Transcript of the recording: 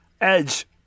Edge